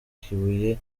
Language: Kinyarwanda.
kibuye